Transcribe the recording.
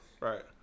Right